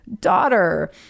daughter